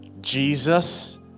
Jesus